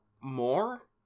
more